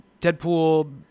Deadpool